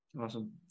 Awesome